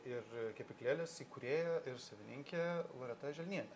ir kepyklėlės įkūrėja ir savininkė loreta želnienė